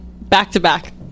back-to-back